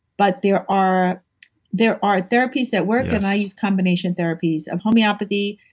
but there are there are therapies that work and i use combination therapies of homeopathy,